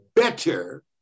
better